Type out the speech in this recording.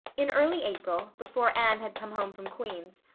in early april, before anne had come home from queen's,